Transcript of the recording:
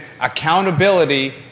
accountability